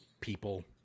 people